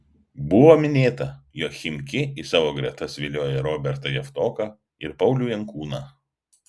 buvo minėta jog chimki į savo gretas vilioja robertą javtoką ir paulių jankūną